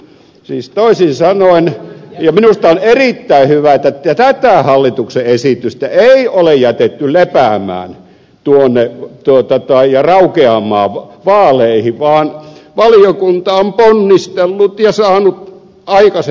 siis toisin sanoen ja minusta on erittäin hyvä tätä hallituksen esitystä ei ole jätetty lepäämään tai raukeamaan vaaleihin vaan valiokunta on ponnistellut ja saanut aikaiseksi mietinnön